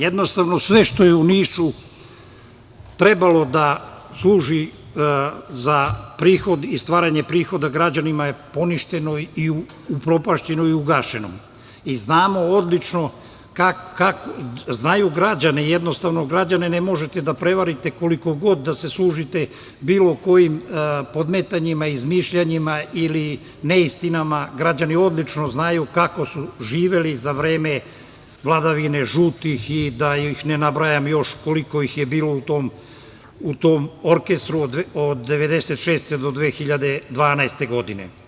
Jednostavno sve što je u Nišu trebalo da služi za prihod i stvaranje prihoda građanima je poništeno i upropašćeno i ugašeno i znamo odlično, znaju građani, jednostavno građane ne možete da prevarite koliko god da se služite bilo kojim podmetanjima, izmišljanjima ili neistinama, građani odlično znaju kako su živeli za vreme vladavine žutih i da ih ne nabrajam još koliko ih je bilo u tom orkestru od 1996. do 2012. godine.